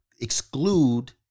exclude